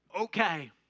okay